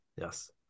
Yes